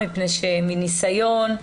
מפני שמניסיון,